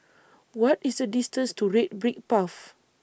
What IS The distance to Red Brick Path